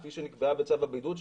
כפי שנקבעה בצו הבידוד,